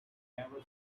never